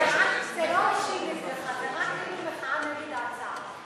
זה לא אישי נגדך, זאת רק מחאה נגד ההצעה.